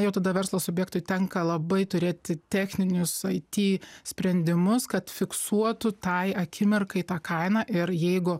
jau tada verslo subjektui tenka labai turėti techninius it sprendimus kad fiksuotų tai akimirkai tą kainą ir jeigu